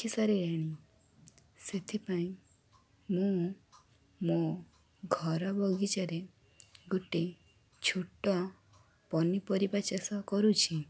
ଦେଖି ସାରିଲେଣି ସେଥିପାଇଁ ମୁଁ ମୋ ଘର ବଗିଚାରେ ଗୋଟେ ଛୋଟ ପନିପରିବା ଚାଷ କରୁଛି